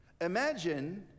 Imagine